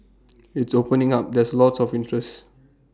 it's opening up there's lots of interest